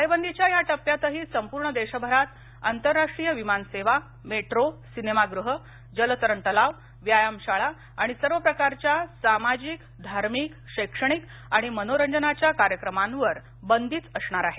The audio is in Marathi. टाळेबंदीच्या या टप्प्यातही संपूर्ण देशभरात आंतरराष्ट्रीय विमानसेवा मेट्रो सिनेमा गृह जलतरण तलाव व्यायामशाळा आणि सर्व प्रकारच्या सामाजिक धार्मिक शैक्षणिक आणि मनोरंजनाच्या कार्यक्रमांवर बंदीच असणार आहे